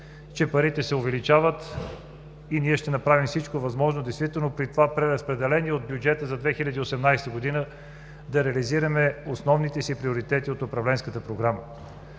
че парите се увеличават и ние ще направим всичко възможно действително при това преразпределение от бюджета за 2018 г. да реализираме основните си приоритети от управленската програма.